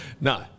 No